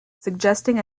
suggesting